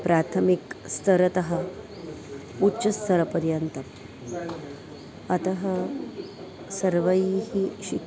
प्राथमिकस्तरतः उच्चस्तरपर्यन्तम् अतः सर्वैः शिक्